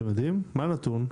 מה הנתון?